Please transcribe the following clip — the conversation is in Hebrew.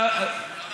גם אנחנו מבינים.